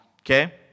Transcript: okay